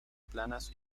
planas